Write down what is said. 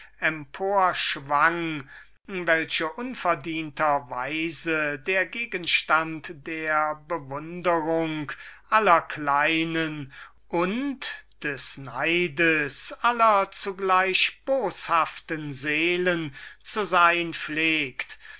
emporschwang welche unverdienter weise der gegenstand der bewunderung aller kleinen und des neides aller zugleich boshaften seelen zu sein pflegt